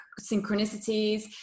synchronicities